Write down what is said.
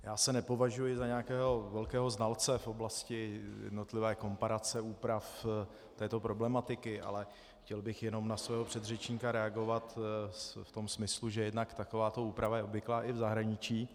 Já se nepovažuji za nějakého velkého znalce v oblasti jednotlivé komparace úprav této problematiky, ale chtěl bych jenom na svého předřečníka reagovat v tom smyslu, že jednak takováto úprava je obvyklá i v zahraničí.